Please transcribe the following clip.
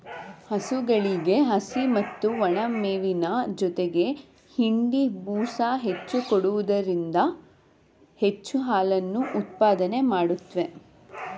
ಹಸುಗಳಿಗೆ ಹಸಿ ಮತ್ತು ಒಣಮೇವಿನ ಜೊತೆಗೆ ಹಿಂಡಿ, ಬೂಸ ಹೆಚ್ಚು ಕೊಡುವುದರಿಂದ ಹೆಚ್ಚು ಹಾಲನ್ನು ಉತ್ಪಾದನೆ ಮಾಡುತ್ವೆ